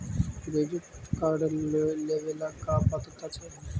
Credit card लेवेला का पात्रता चाही?